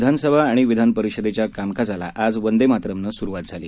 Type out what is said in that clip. विधानसभा आणि विधानपरिषदेच्या कामकाजाला आज वंदेमातरम्नं सुरुवात झाली